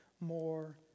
more